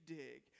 dig